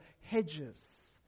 hedges